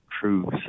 true